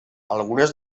algunes